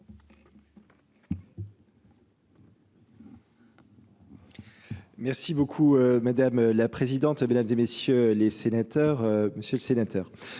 Merci beaucoup madame la présidente, mesdames et messieurs les sénateurs,